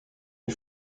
les